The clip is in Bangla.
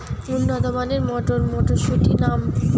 উন্নত মানের মটর মটরশুটির নাম?